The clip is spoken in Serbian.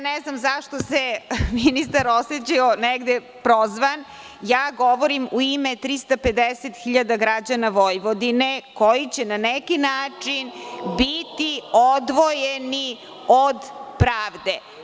Ne znam zašto se ministar oseća negde prozvan, govorim u ime 350.000 građana Vojvodine, koji će na neki način biti odvojeni od pravde.